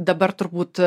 dabar turbūt